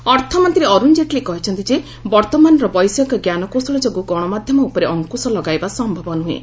ଅର୍ଗଣ ଜେଟଲୀ ଅର୍ଥମନ୍ତ୍ରୀ ଅରୁଣ ଜେଟଲୀ କହିଛନ୍ତି ଯେ ବର୍ତ୍ତମାନର ବୈଷୟିକ ଜ୍ଞାନକୌଶଳ ଯୋଗୁଁ ଗଣମାଧ୍ୟମ ଉପରେ ଅଙ୍କୁଶ ଲଗାଇବା ସମ୍ଭବ ନୁହେଁ